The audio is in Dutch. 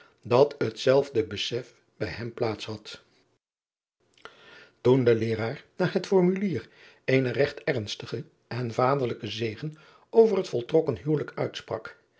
dat hetzelfde besef bij hem plaats had oen de eeraar na het formulier eenen regt ernstigen en vaderlijken zegen over het voltrokken huwelijk uitsprak